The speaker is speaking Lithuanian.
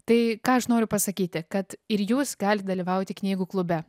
tai ką aš noriu pasakyti kad ir jūs galit dalyvauti knygų klube